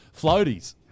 Floaties